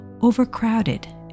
overcrowded